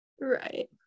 Right